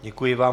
Děkuji vám.